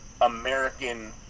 American